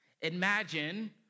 Imagine